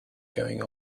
going